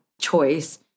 choice